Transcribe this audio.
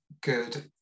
good